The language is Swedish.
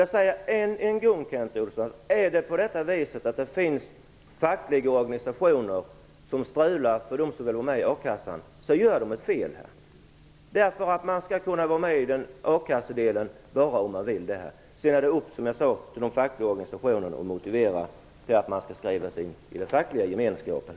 Jag säger än en gång, Kent Olsson, att om fackliga organisationer strular till det för dem som är med i a-kassan, begår de ett fel. Man skall, om man vill det, kunna vara med enbart i a-kassan. Det är upp till de fackliga organisationerna att motivera människor att gå in i den fackliga gemenskapen.